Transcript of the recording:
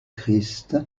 christ